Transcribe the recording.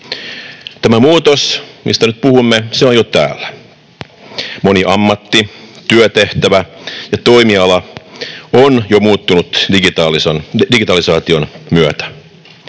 Tämä muutos, mistä nyt puhumme, on jo täällä. Moni ammatti, työtehtävä ja toimiala on jo muuttunut digitalisaation myötä.